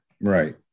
Right